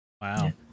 Wow